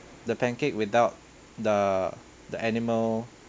the pancake without the the animal